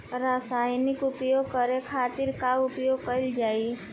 रसायनिक प्रयोग करे खातिर का उपयोग कईल जाइ?